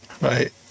right